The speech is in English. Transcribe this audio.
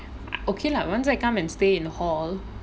okay lah once I come and stay in hall